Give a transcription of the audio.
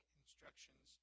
instructions